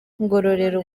ngororero